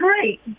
great